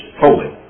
holy